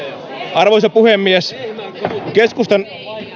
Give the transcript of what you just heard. arvoisa puhemies keskustan